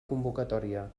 convocatòria